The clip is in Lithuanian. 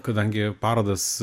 kadangi parodas